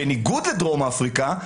בניגוד לדרום אפריקה,